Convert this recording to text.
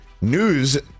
news